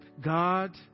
God